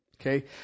Okay